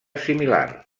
similar